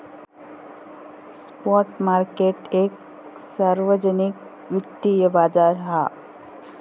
spot market एक सार्वजनिक वित्तिय बाजार हा